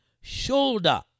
shoulder